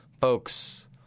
folks